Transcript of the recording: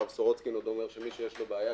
הרב סורוצקין עוד אומר שמי שיש לו בעיה,